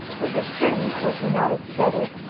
with the string, which he knotted together,